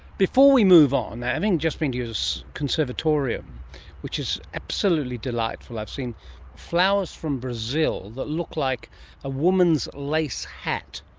before we move on, having just been to your conservatorium which is absolutely delightful, i've seen flowers from brazil that look like a woman's lace hat,